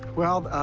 well,